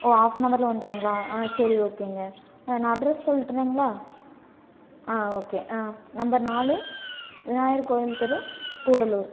O half an ஹவரில் வந்துருங்களா ஆ சரி ஓகேங்க நான் அட்ரஸ் சொல்லட்டுங்களா ஆ ஓகே ஆ நம்பர் நாலு விநாயகர் கோயில் தெரு கூடலுார்